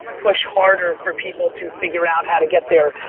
push harder for people to figure out how to get there.